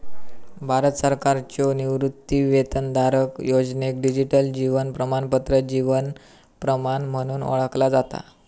भारत सरकारच्यो निवृत्तीवेतनधारक योजनेक डिजिटल जीवन प्रमाणपत्र जीवन प्रमाण म्हणून ओळखला जाता